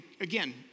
again